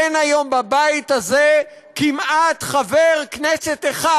אין היום בבית הזה כמעט חבר כנסת אחד